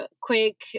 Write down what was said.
quick